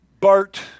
Bart